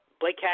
Blake